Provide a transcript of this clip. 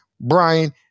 Brian